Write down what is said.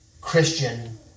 Christian